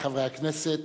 הכנסת